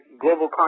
Global